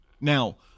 Now